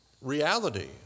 reality